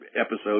episode